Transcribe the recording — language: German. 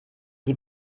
sie